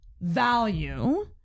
value